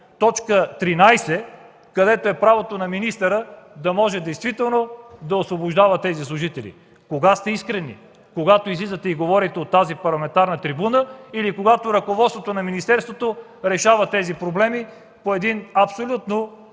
по т. 13, където е правото на министъра да може действително да освобождава тези служители. Кога сте искрени? Когато излизате и говорите от тази парламентарна трибуна, или когато ръководството на министерството решава тези проблеми по един абсолютно